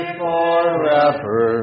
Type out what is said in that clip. forever